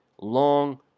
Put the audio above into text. long